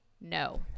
No